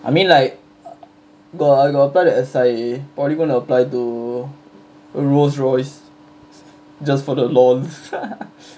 I mean like got uh got apply to S_I_A probably gonna apply to like Rolls Royce just for the LOLs